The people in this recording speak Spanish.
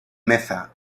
meza